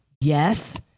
yes